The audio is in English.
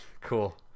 Cool